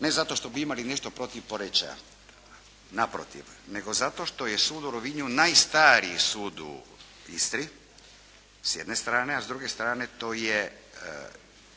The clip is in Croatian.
Ne zato što bi imali nešto protiv Poreča, naprotiv. Nego zato što je sud u Rovinju najstariji sud u Istri s jedne strane, a s druge strane to je